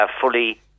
fully